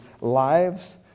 lives